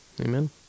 Amen